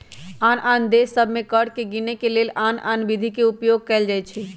आन आन देश सभ में कर के गीनेके के लेल आन आन विधि के उपयोग कएल जाइ छइ